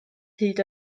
hyd